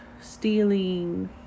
stealing